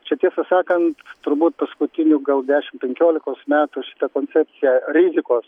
čia tiesą sakant turbūt paskutiniu gal dešim penkiolikos metų šita koncepsija rizijos